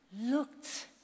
looked